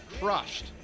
crushed